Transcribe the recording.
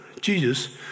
Jesus